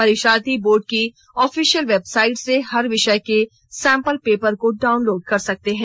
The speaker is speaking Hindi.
परीक्षार्थी बोर्ड की ऑफिशियल वेबसाइट से हर विषय की सैंपल पेपर को डाउनलोड कर सकते हैं